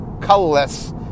colorless